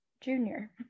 Junior